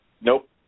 Nope